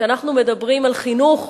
כשאנחנו מדברים על חינוך,